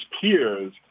peers